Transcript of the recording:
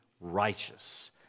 righteous